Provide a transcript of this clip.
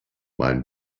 mein